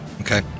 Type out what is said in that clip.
Okay